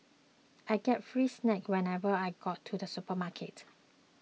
I get free snacks whenever I go to the supermarket